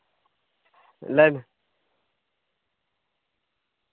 ᱞᱟᱹᱭ ᱢᱮ